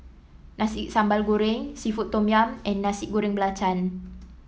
Nasi Sambal Goreng seafood Tom Yum and Nasi Goreng Belacan